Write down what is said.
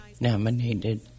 nominated